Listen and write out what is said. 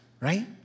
right